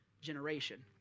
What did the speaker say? generation